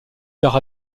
tard